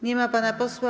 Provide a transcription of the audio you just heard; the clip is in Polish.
Nie ma pana posła.